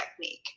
technique